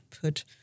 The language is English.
put